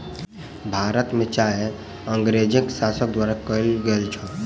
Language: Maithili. भारत में चाय अँगरेज़ शासन द्वारा कयल गेल छल